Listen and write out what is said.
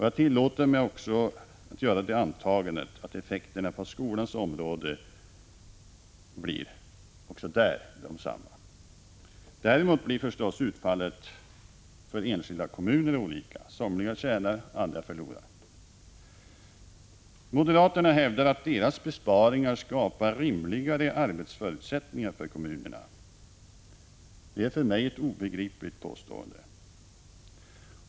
Jag tillåter mig att göra det antagandet att effekterna på skolans område också blir desamma. Däremot blir förstås utfallet för enskilda kommuner olika — somliga tjänar, andra förlorar. Moderaterna hävdar att deras besparingar skulle skapa rimligare arbetsförutsättningar för kommunerna. Det är för mig ett obegripligt påstående.